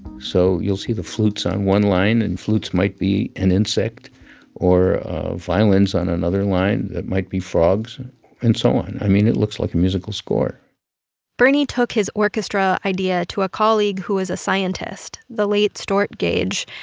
so you'll see the flutes on one line and flutes might be an insect or ah violins on another line that might be frogs and so on. i mean, it looks like a musical score bernie took his orchestra idea to a colleague who was a scientist, the late stuart gage.